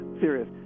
serious